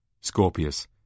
Scorpius